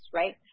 right